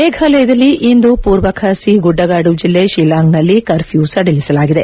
ಮೇಘಾಲಯದಲ್ಲಿ ಇಂದು ಪೂರ್ವಖಾಸಿ ಗುಡ್ಡಗಾಡು ಜಿಲ್ಲೆ ತಿಲಾಂಗ್ನಲ್ಲಿ ಕರ್ಫ್ಲೂ ಸಡಿಲಿಸಲಾಗಿದೆ